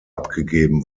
abgegeben